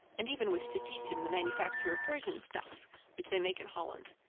and even wished to teach him the manufacture of persian stuffs which they make in holland.